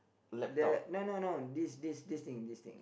the no no this this this thing this thing